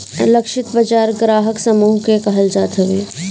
लक्षित बाजार ग्राहक के समूह के कहल जात हवे